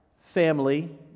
family